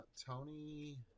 Tony